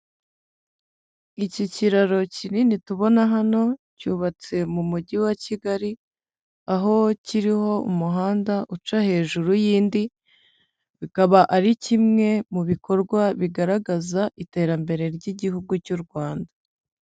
Iki kiraro kinini tubona hano cyubatse mu mujyi wa Kigali, aho kiriho umuhanda uca hejuru y'indi, bikaba ari kimwe mu bikorwa bigaragaza iterambere ry'igihugu cy'u Rwanda